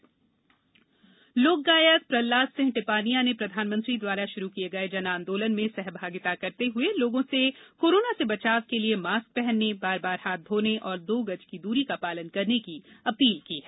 जन आंदोलन लोक गायक प्रहलाद सिंह टिपानिया ने प्रधानमंत्री द्वारा शुरू किये गए जन आंदोलन में सहभागिता करते हुए लोगों से कोरोना से बचाव के लिए मास्क पहनने और बार बार हाथ धोने और दो गज की दूरी का पालन करने की अपील की है